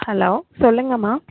hello சொல்லுங்கம்மா